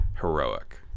heroic